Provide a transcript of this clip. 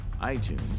iTunes